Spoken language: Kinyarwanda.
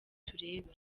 turebe